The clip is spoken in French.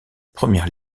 première